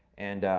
and,